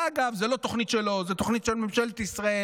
אגב, זו לא תוכנית שלו, זו תוכנית של ממשלת ישראל.